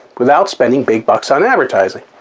without spending big bucks on advertising.